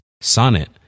Sonnet